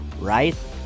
right